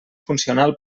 funcional